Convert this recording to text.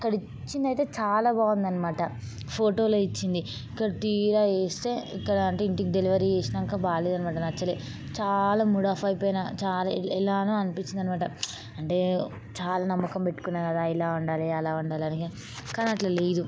అక్కడ ఇచ్చినది అయితే చాలా బాగుంది అనమాట ఫోటోలో ఇచ్చింది ఇక్కడ తీరా వేస్తే ఇక్కడ అంటే ఇంటికి డెలివరీ చేసినాక బాగలేదు అనమాట నచ్చలేదు చాలా మూడ్ ఆఫ్ అయిపోయినాను చాలా ఎలానో అనిపించింది అనమాట అంటే చాలా నమ్మకం పెట్టుకున్నాను కదా ఇలా ఉండాలి అలా ఉండాలని కాని అట్లా లేదు